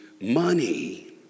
money